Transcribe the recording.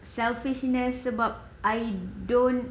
selfishness sebab I don't